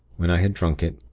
when i had drunk it,